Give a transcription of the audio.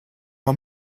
man